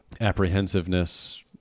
apprehensiveness